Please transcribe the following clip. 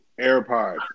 AirPods